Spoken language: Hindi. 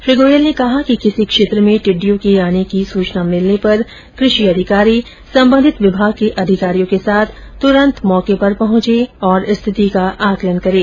श्री गोयल ने कहा है कि किसी क्षेत्र में टिड्डियों के आने की सूचना मिलने पर कृषि अधिकारी संबंधित विभाग के अधिकारियों के साथ तूरंत मौके पर पहुंचे और स्थिति का आंकलन करें